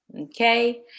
okay